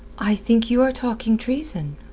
i think you are talking treason.